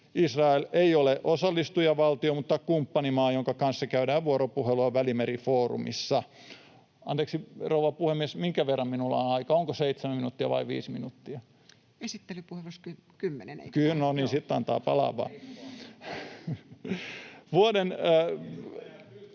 Israel ei ole osallistujavaltio, mutta se on kumppanimaa, jonka kanssa käydään vuoropuhelua Välimeri-foorumissa. Anteeksi, rouva puhemies, minkä verran minulla on aikaa? Onko seitsemän minuuttia vai viisi minuuttia? [Puhemies: Esittelypuheenvuorossa kymmenen, eikö ole? Joo.] — No niin, sitten antaa palaa vaan.